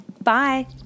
bye